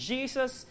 Jesus